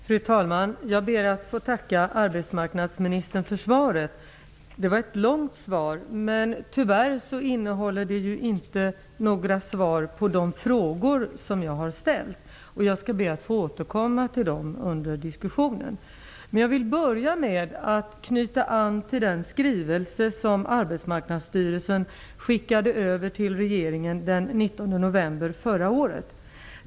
Fru talman! Jag ber att få tacka arbetsmarknadsministern för svaret. Det var långt, men tyvärr innehåller det inte några svar på de frågor som jag har ställt. Jag skall be att få återkomma till dem under diskussionen. Jag vill börja med att knyta an till den skrivelse som Arbetsmarknadsstyrelsen skickade över till regeringen den 19 november förra året.